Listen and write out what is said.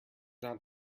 not